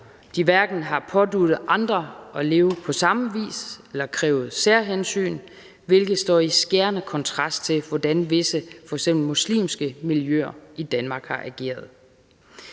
de hverken har påduttet andre at leve på samme vis eller har krævet særhensyn, hvilket står i skærende kontrast til, hvordan visse, f.eks. muslimske, miljøer i Danmark har ageret.